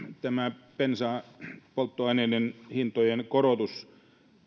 tämä polttoaineiden hintojen korotus